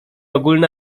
ogólne